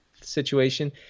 situation